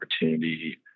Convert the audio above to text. opportunity